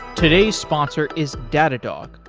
today's sponsor is datadog,